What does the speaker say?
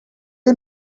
you